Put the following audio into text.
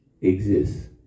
exists